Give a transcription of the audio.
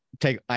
take